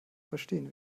verstehen